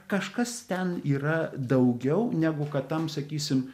kažkas ten yra daugiau negu kad tam sakysim